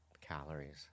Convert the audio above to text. calories